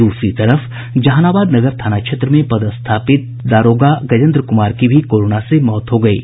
द्रसरी तरफ जहानाबाद नगर थाना में पदस्थापित दारोगा गजेन्द्र कुमार की भी कोरोना से मौत हो गयी है